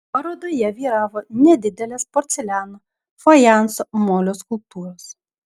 parodoje vyravo nedidelės porceliano fajanso molio skulptūros